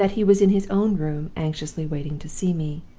and that he was in his own room anxiously waiting to see me.